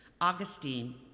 Augustine